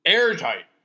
Airtight